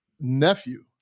nephew